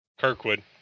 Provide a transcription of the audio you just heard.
Kirkwood